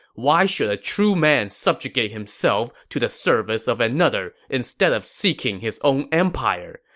why should a true man subjugate himself to the service of another instead of seeking his own empire?